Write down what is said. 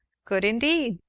good, indeed!